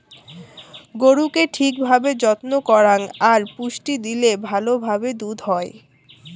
গরুকে ঠিক ভাবে যত্ন করাং আর পুষ্টি দিলে ভালো ভাবে দুধ হই